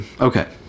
okay